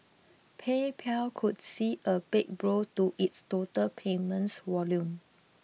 PayPal could see a big blow to its total payments volume